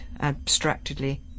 abstractedly